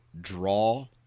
draw